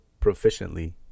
proficiently